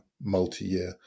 multi-year